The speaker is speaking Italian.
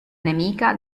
nemica